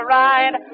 ride